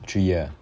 three year ah